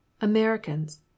Americans